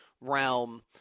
realm